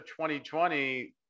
2020